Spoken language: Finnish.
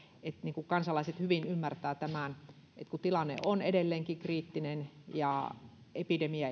että kansalaiset hyvin ymmärtävät tämän että kun tilanne on edelleenkin kriittinen ja epidemia